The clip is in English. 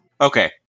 Okay